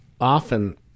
often